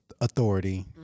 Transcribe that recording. authority